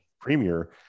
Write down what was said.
premier